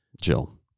Jill